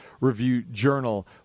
Review-Journal